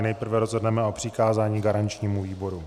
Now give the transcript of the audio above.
Nejprve rozhodneme o přikázání garančnímu výboru.